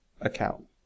account